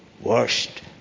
worst